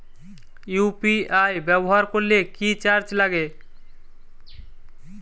UPI ব্যবহার করলে কি চার্জ লাগে?